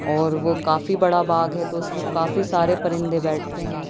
اور وہ کافی بڑا باغ ہے تو اس میں کافی سارے پرندے بیٹھتے ہیں